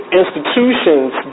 institutions